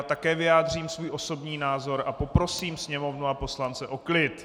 Také vyjádřím svůj osobní názor a poprosím Sněmovnu a poslance o klid.